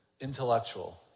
Intellectual